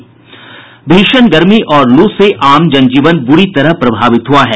भीषण गर्मी और लू से आम जनजीवन बुरी तरह प्रभावित हुआ है